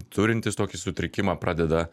turintis tokį sutrikimą pradeda